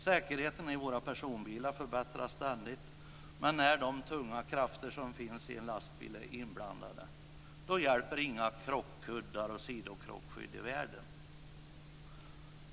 Säkerheten i våra personbilar förbättras ständigt men när de tunga krafter som finns i en lastbil är inblandade hjälper inga krockkuddar och sidokrockskydd i världen.